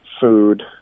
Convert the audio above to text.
food